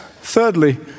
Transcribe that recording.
Thirdly